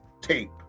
tape